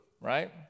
right